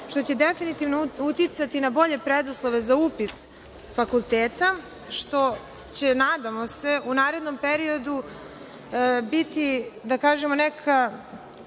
što će definitivno uticati na bolje preduslove za upis fakulteta, što će, nadamo se, u narednom periodu biti da kažemo, neki